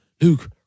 Luke